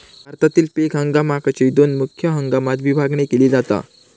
भारतातील पीक हंगामाकची दोन मुख्य हंगामात विभागणी केली जाता